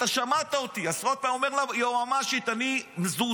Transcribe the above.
אתה שמעת אותי עשרות פעמים אומר ליועמ"שית: אני מזועזע.